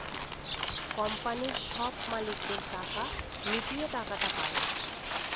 কোম্পানির সব মালিকদের টাকা মিটিয়ে টাকাটা পায়